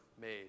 made